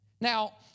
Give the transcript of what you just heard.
Now